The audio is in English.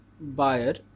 buyer